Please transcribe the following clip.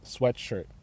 sweatshirt